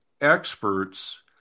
experts